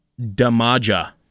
Damaja